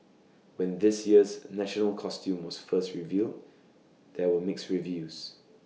when this year's national costume was first revealed there were mixed reviews